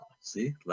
see